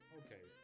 okay